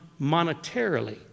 monetarily